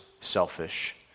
selfish